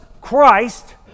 Christ